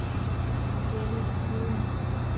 ᱜᱮᱞ ᱯᱩᱱ